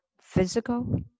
physical